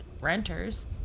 renters